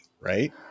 right